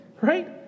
Right